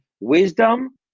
wisdom